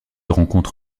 rencontre